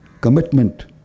commitment